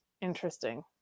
interesting